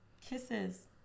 kisses